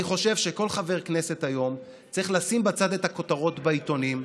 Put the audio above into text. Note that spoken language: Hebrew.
אני חושב שכל חבר כנסת היום צריך לשים בצד את הכותרות בעיתונים,